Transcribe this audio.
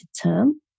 term